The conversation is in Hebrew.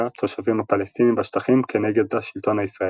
התושבים הפלסטינים בשטחים כנגד השלטון הישראלי.